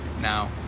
now